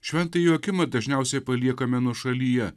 šventąjį joakimą dažniausiai paliekame nuošalyje